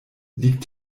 liegt